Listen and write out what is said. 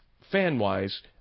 fan-wise